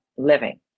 living